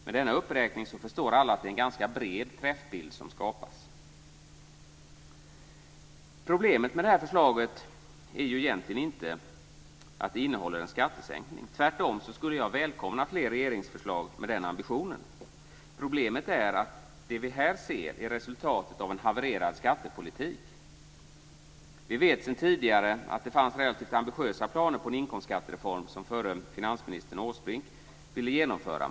Med denna uppräkning förstår alla att det är en ganska bred träffbild som skapas. Problemet med detta förslag är egentligen inte att det innehåller en skattesänkning. Tvärtom skulle jag välkomna fler regeringsförslag med den ambitionen. Problemet är att det vi här ser är resultatet av en havererad skattepolitik. Vi vet sedan tidigare att det fanns relativt ambitiösa planer på en inkomstskattereform som förre finansministern Åsbrink ville genomföra.